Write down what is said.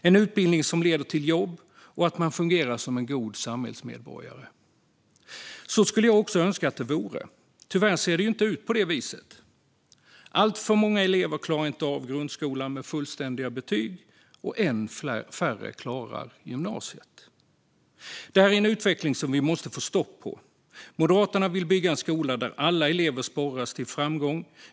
En utbildning ska leda till jobb och göra så att man fungerar som en god samhällsmedborgare. Så skulle jag också önska att det vore. Tyvärr ser det inte ut så. Alltför många elever klarar inte av grundskolan med fullständiga betyg, och än färre klarar gymnasiet. Det är en utveckling vi måste få stopp på. Moderaterna vill bygga en skola där alla elever sporras till framgång.